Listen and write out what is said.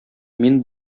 мин